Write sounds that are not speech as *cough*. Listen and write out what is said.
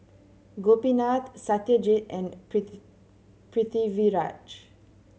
Gopinath Satyajit and *unintelligible* Pritiviraj